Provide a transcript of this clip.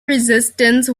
resistance